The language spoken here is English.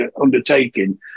undertaking